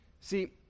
See